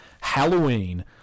Halloween